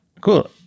Cool